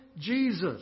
Jesus